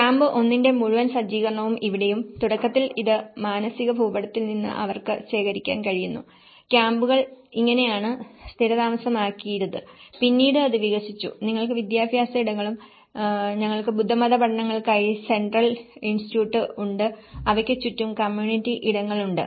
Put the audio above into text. camp 1 ന്റെ മുഴുവൻ സജ്ജീകരണവും ഇവിടെയും തുടക്കത്തിൽ ഇത് മാനസിക ഭൂപടത്തിൽ നിന്ന് അവൾക്ക് ശേഖരിക്കാൻ കഴിഞ്ഞു ക്യാമ്പുകൾ ഇങ്ങനെയാണ് സ്ഥിരതാമസമാക്കിയത് പിന്നീട് അത് വികസിച്ചു നിങ്ങൾക്ക് വിദ്യാഭ്യാസ ഇടങ്ങളും ഞങ്ങൾക്ക് ബുദ്ധമത പഠനങ്ങൾക്കായി സെൻട്രൽ ഇൻസ്റ്റിറ്റ്യൂട്ടും ഉണ്ട് അവയ്ക്ക് ചുറ്റും കമ്മ്യൂണിറ്റി ഇടങ്ങളുണ്ട്